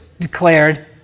declared